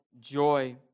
joy